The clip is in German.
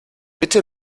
bitte